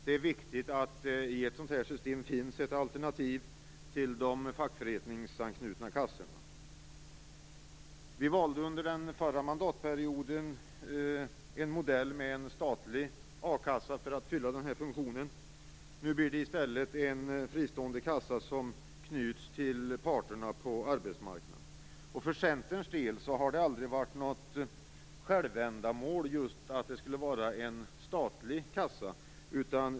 Det är viktigt att det i ett sådant här system finns ett alternativ till de fackföreningsanknutna kassorna. Vi valde under den förra mandatperioden en modell med en statlig akassa för att fylla den här funktionen. Nu blir det i stället en fristående kassa som knyts till parterna på arbetsmarknaden. För Centerns del har det aldrig varit något självändamål att det just skulle vara en statlig kassa.